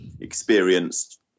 experienced